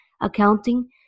accounting